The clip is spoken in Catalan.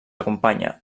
acompanya